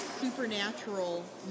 Supernatural